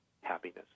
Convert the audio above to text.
happiness